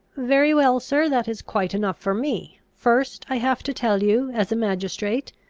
very well, sir that is quite enough for me. first, i have to tell you, as a magistrate,